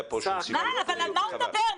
אבל על מה הוא מדבר?